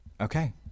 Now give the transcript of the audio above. Okay